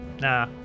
Nah